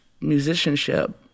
musicianship